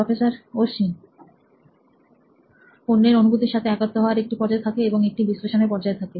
professor Ashwin অন্যের অনুভূতির সাথে একাত্ম হওয়ার একটি পর্যায় থাকে এবং একটি বিশ্লেষণের পর্যায় থাকে